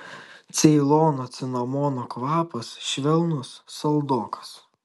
ceilono cinamono kvapas švelnus saldokas